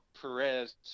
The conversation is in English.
Perez